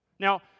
Now